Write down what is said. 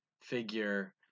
figure